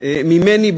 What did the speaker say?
ממני,